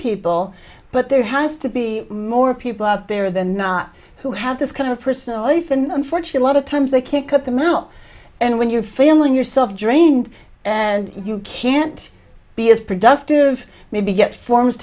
people but there has to be more people out there than not who have this kind of personal life and unfortunate lot of times they can't cut them out and when you're feeling yourself drained and you can't be as productive maybe get forms